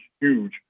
huge